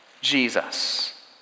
Jesus